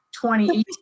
2018